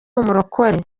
umurokore